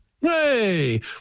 Hey